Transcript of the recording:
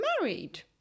married